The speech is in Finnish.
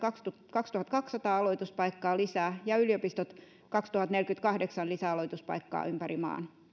kaksituhattakaksisataa aloituspaikkaa lisää ja yliopistot kaksituhattaneljäkymmentäkahdeksan lisäaloituspaikkaa ympäri maan